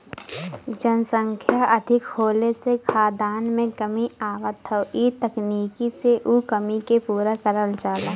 जनसंख्या अधिक होले से खाद्यान में कमी आवत हौ इ तकनीकी से उ कमी के पूरा करल जाला